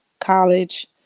college